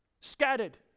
scattered